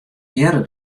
hearre